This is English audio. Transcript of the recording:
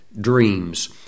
dreams